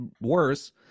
worse